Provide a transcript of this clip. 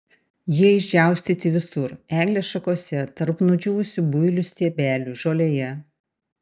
jie išdžiaustyti visur eglės šakose tarp nudžiūvusių builių stiebelių žolėje